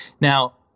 now